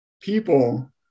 people